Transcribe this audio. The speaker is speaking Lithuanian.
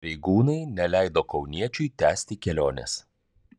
pareigūnai neleido kauniečiui tęsti kelionės